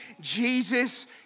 Jesus